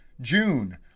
June